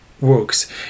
works